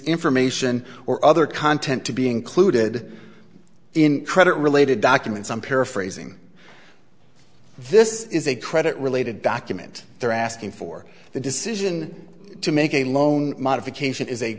information or other content to be included in credit related documents i'm paraphrasing this is a credit related document they're asking for the decision to make a loan modification is a